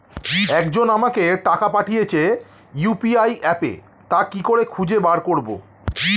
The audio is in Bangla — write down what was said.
একজন আমাকে টাকা পাঠিয়েছে ইউ.পি.আই অ্যাপে তা কি করে খুঁজে বার করব?